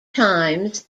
times